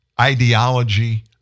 ideology